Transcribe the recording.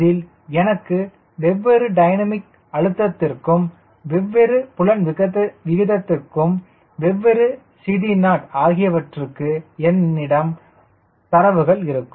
அதில் எனக்கு வெவ்வேறு டைனமிக் அழுத்தத்திற்கும் வெவ்வேறு புலன் விதத்திற்கும் வெவ்வேறு CD0 ஆகியவற்றுக்கு என்னிடம் தரவுகள் இருக்கும்